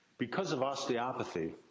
because of osteopathy,